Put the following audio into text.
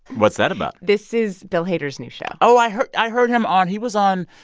what's that about? this is bill hader's new show oh, i heard i heard him on he was on.